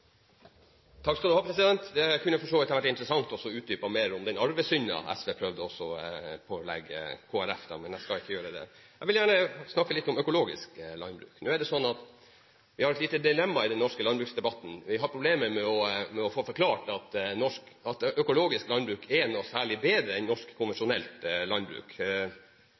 Det kunne for så vidt ha vært interessant å utdype noe mer om den arvesynden SV prøvde å legge på Kristelig Folkeparti, men jeg skal ikke gjøre det. Jeg vil gjerne snakke litt om økologisk landbruk. Vi har et lite dilemma i den norske landbruksdebatten. Vi har problemer med å få forklart at økologisk landbruk er noe særlig bedre enn norsk konvensjonelt landbruk.